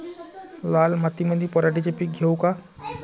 लाल मातीमंदी पराटीचे पीक घेऊ का?